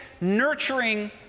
nurturing